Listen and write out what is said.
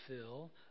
fill